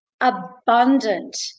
abundant